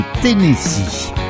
Tennessee